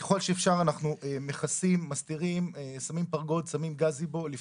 אנחנו מנסים ככל האפשר לכסות להסתיר או לשים פרגוד.